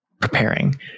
preparing